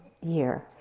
year